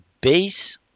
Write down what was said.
base